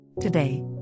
today